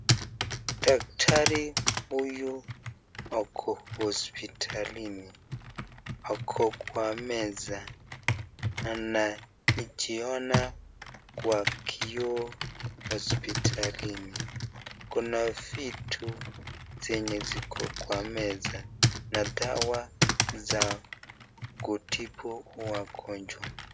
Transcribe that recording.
Daktari huyu ako hospitalini ako kwa meza anajiona kwa kioo hospitalini. Kuna vitu zenye ziko kwa meza na dawa za kutibu wagonjwa.